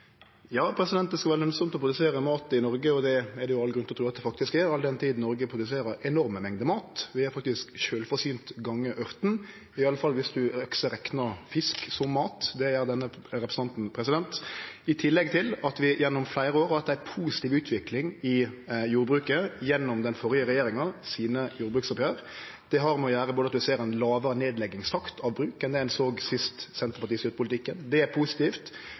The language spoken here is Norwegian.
det skal vere lønsamt å produsere mat i Noreg, og det er det all grunn til å tru at det faktisk er, all den tid Noreg produserer enorme mengder mat. Vi er faktisk sjølvforsynte gonger ørten – iallfall viss ein også reknar fisk som mat, det gjer denne representanten – i tillegg til at vi gjennom fleire år har hatt ei positiv utvikling i jordbruket gjennom jordbruksoppgjera til den førre regjeringa. Det har å gjere med at ein ser ein lågare nedleggingstakt av bruk enn det ein såg sist Senterpartiet styrte politikken – det er positivt.